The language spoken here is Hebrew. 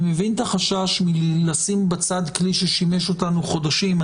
אני מבין את החשש לשים בצד כלי ששימש אותנו חודשים.